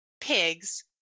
pigs